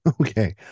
Okay